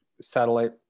satellite